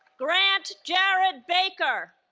grant jared baker